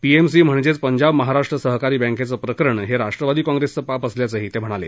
PMC म्हणजेच पंजाब महाराष्ट्र सहकारी बैंकेचं प्रकरण हे राष्ट्रवादीचं पाप असल्याचंही ते म्हणाले